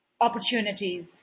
opportunities